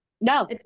No